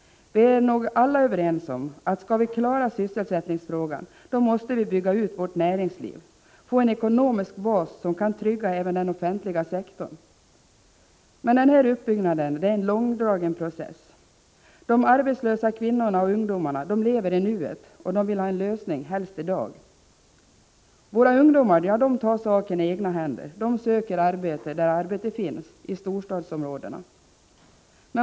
Vi är nog alla överens om att vi skall klara sysselsättningsfrågan, måste vi bygga ut vårt näringsliv, få en ekonomisk bas som kan trygga även den offentliga sektorn. Denna utbyggnad är en långdragen process. De arbetslösa kvinnorna och ungdomarna lever i nuet, de vill ha en lösning helst i dag. Våra ungdomar tar saken i egna händer — de söker arbete där arbete finns — i storstadsområdena.